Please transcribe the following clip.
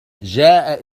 جاء